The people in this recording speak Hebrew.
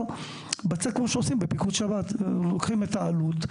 כמו שעושים בפיקוד שבת: לוקחים את העלות,